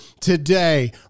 today